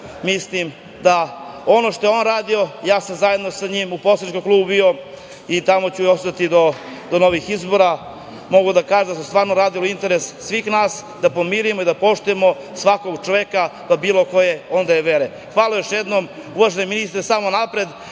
mislim da ono što je on radio, ja sam zajedno sa njim u poslaničkom klubu bio i tamo ću ostati do novih izbora. Mogu da kažem da smo stvarno radili u interesu svih nas, da pomirimo i da poštujemo svakog čoveka bilo koje vere da je. Hvala još jednom. Uvaženi ministre samo napred.